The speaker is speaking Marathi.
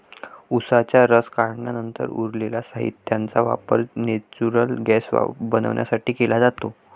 उसाचा रस काढल्यानंतर उरलेल्या साहित्याचा वापर नेचुरल गैस बनवण्यासाठी केला जातो